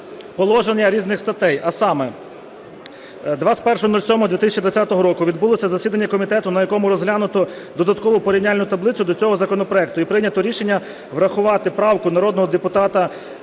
положення різних статей, а саме: 21.07.2020 року відбулося засідання комітету, на якому розглянуто додаткову порівняльну таблицю до цього законопроекту і прийнято рішення врахувати правку народного депутата